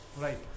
right